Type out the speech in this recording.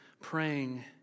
praying